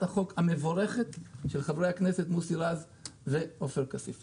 החוק המבורכת של חברי הכנסת מוסי רז ועופר כסיף.